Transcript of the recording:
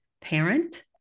parent